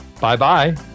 Bye-bye